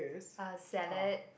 a salad